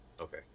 Okay